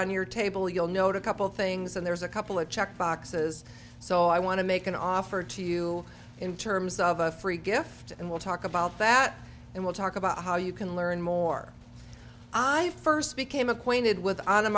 on your table you'll know to couple things and there's a couple of check boxes so i want to make an offer to you in terms of a free gift and we'll talk about that and we'll talk about how you can learn more i first became acquainted with on a